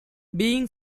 being